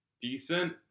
decent